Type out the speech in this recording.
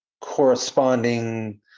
corresponding